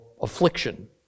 affliction